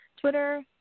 Twitter